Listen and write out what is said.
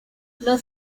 los